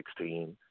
2016